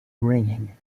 ringing